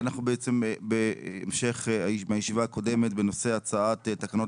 אנחנו בעצם בהמשך מהישיבה הקודמת בנושא הצעת תקנות